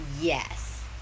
yes